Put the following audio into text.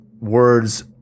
words